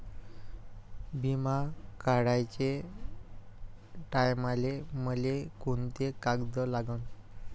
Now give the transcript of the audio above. बिमा काढाचे टायमाले मले कोंते कागद लागन?